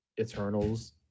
Eternals